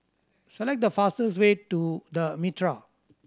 select the fastest way to The Mitraa